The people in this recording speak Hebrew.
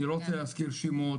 אני לא רוצה להזכיר שמות,